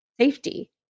safety